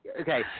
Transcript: Okay